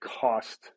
cost